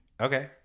Okay